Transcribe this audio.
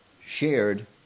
shared